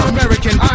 American